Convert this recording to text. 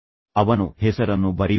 ಅವನು ಹೆಸರನ್ನು ಬರೆಯುತ್ತಾನೆ